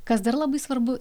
kas dar labai svarbu